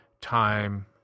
time